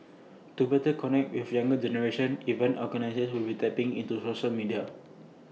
to better connect with the younger generation event organisers will be tapping into social media